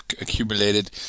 accumulated